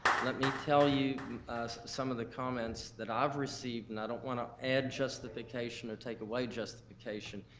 let me tell you some of the comments that i've received. and i don't wanna add justification or take away justification.